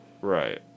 right